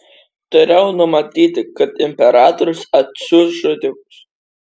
turėjau numatyti kad imperatorius atsiųs žudikus